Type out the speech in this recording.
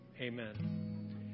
Amen